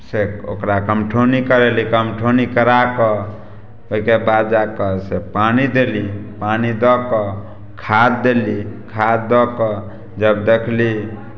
से ओकरा कमठौनी करयली कमठौनी करा कऽ ओहिके बाद जा कऽ से पानि देली पानि दऽ कऽ खाद देली खाद दऽ कऽ जब देखली